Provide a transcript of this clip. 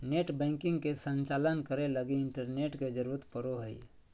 net banking के संचालन करे लगी इंटरनेट के जरुरत पड़ो हइ